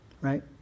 right